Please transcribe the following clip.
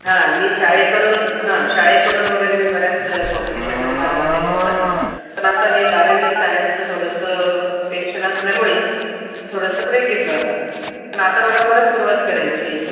हां मी शाळेकडून हां शाळेकडून वगैरे मी बऱ्याच कॉम्पिटिशनमध्ये भाग घेतलेला होता पण आता हे बारावी सायन्सचं थोडंसं टेन्शन असल्यामुळे मी थोडंसं ब्रेक घेतला होता पण आता मला परत सुरुवात करायची आहे